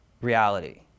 reality